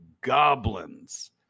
goblins